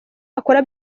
akora